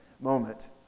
moment